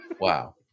Wow